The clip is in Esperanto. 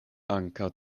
ankaŭ